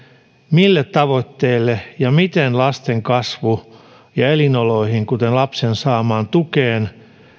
mille tavoitteille ja miten lasten kasvu ja elinoloihin kuten lapsen saamaan tukeen